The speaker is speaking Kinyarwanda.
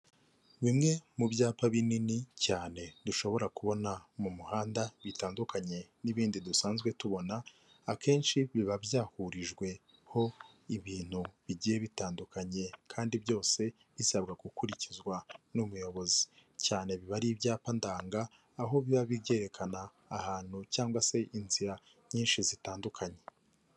Bimwe mu byapa binini cyane dushobora kubona mu muhanda bitandukanye n'ibindi dusanzwe tubona, akenshi biba byahurijweho ibintu bigiye bitandukanye kandi byose bisabwa gukurikizwa n'umuyobozi, cyane biba ari ibyapa ndanga, aho biba byekana ahantu cyangwa se inzira nyinshi zitandukanye.